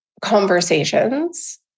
conversations